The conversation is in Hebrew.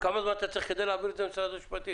כמה זמן אתה צריך כדי להעביר את זה למשרד המשפטים?